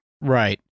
Right